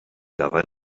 gafael